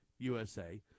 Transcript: usa